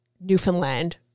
Newfoundland